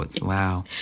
Wow